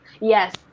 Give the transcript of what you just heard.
Yes